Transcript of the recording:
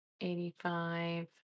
eighty-five